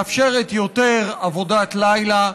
מאפשרת יותר עבודת לילה.